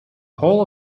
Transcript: hall